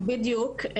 בדיוק.